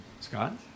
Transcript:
Scott